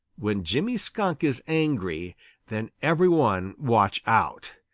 when jimmy skunk is angry then every one watch out!